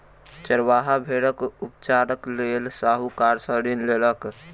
चरवाहा भेड़क उपचारक लेल साहूकार सॅ ऋण लेलक